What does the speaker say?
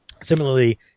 Similarly